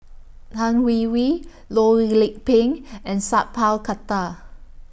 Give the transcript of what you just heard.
Tan Hwee Hwee Loh Lik Peng and Sat Pal Khattar